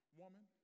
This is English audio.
woman